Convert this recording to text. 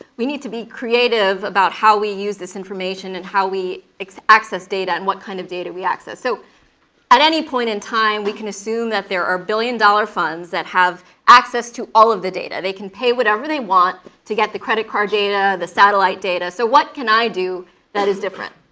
we need to be creative about how we use this information and how we access data and what kind of data we access. so at any point in time, we can assume that there are billion dollar funds that have access to all of the data. they can pay whatever they want to get the credit card data, the satellite data. so what can i do that is different?